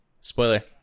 Spoiler